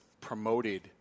promoted